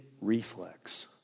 reflex